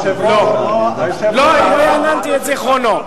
לא, רעננתי את זיכרונו.